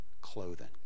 clothing